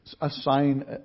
assign